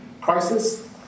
crisis